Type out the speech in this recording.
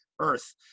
earth